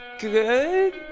good